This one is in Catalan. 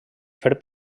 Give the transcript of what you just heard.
fer